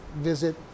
visit